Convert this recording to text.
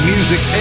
Music